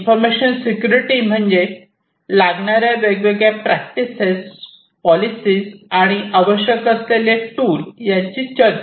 information security म्हणजे लागणाऱ्या वेगवेगळ्या प्रॅक्टिसेस पॉलिसी आणि आवश्यक असलेले टूल यांची चर्चा